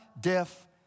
deaf